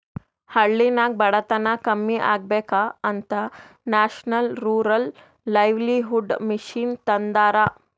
ಹಳ್ಳಿನಾಗ್ ಬಡತನ ಕಮ್ಮಿ ಆಗ್ಬೇಕ ಅಂತ ನ್ಯಾಷನಲ್ ರೂರಲ್ ಲೈವ್ಲಿಹುಡ್ ಮಿಷನ್ ತಂದಾರ